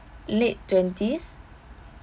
late twenties